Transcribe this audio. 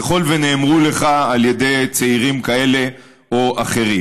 ככל שנאמרו לך על ידי צעירים כאלה או אחרים.